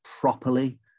properly